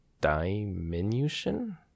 diminution